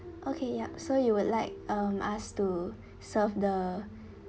okay yup so you would like um us to serve the